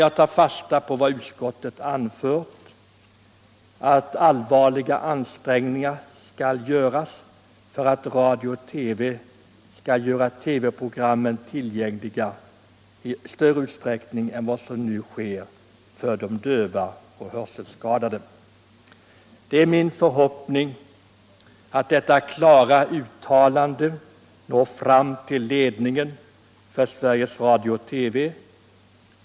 Jag tar fasta på vad utskottet anför om att allvarliga ansträngningar skall göras för att TV-programmen skall bli ullgängliga för de döva och hörselskadade i större utsträckning än vad som nu är fallet. Det är min förhoppning att detta klara uttalande når fram till ledningen för Sveriges Radio/TV.